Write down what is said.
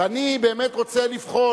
ואני באמת רוצה לבחון.